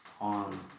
on